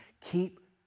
keep